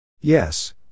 Yes